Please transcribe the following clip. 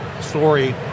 story